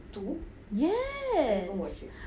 yes